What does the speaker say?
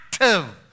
active